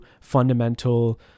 fundamental